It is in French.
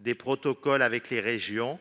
des protocoles avec les régions,